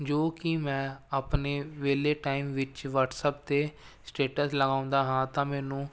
ਜੋ ਕਿ ਮੈਂ ਆਪਣੇ ਵਿਹਲੇ ਟਾਈਮ ਵਿੱਚ ਵਟਸਐਪ 'ਤੇ ਸਟੇਟਸ ਲਗਾਉਂਦਾ ਹਾਂ ਤਾਂ ਮੈਨੂੰ